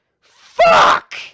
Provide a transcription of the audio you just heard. Fuck